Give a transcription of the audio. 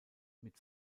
mit